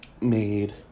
made